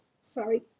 sorry